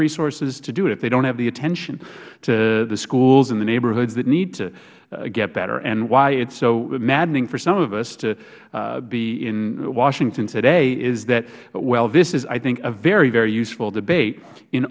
resources to do it if they don't have the attention to the schools and the neighborhoods that need to get better and why it is so maddening for some of us to be in washington today is that while this is i think a very very useful debate in